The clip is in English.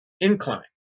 incline